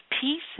peace